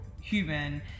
human